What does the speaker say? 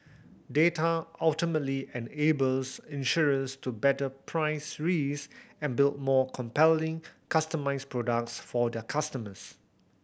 data ultimately enables insurers to better price risk and build more compelling customised products for their customers